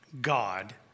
God